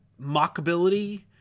mockability